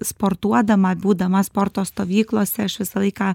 sportuodama būdama sporto stovyklose aš visą laiką